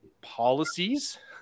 policies